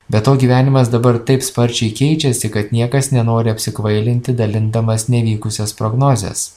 be to gyvenimas dabar taip sparčiai keičiasi kad niekas nenori apsikvailinti dalindamas nevykusias prognozes